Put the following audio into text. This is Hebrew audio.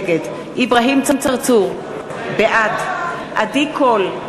נגד אברהים צרצור, בעד עדי קול,